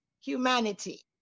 humanity